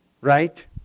Right